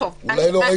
--- אולי לא ראיתי הכול.